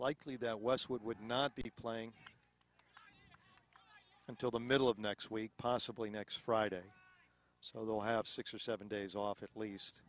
likely that was would not be playing until the middle of next week possibly next friday so they'll have six or seven days off at least